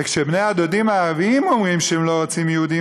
וכשבני-הדודים הערבים אומרים שהם לא רוצים יהודים